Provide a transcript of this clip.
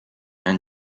and